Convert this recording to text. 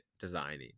designing